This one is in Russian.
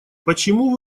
почему